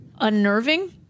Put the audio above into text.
unnerving